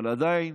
אבל עדיין